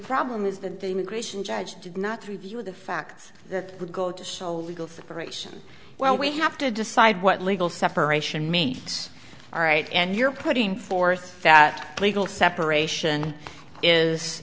problem is that the immigration judge did not review the facts that would go to show legal separation well we have to decide what legal separation meet all right and you're putting forth that legal separation is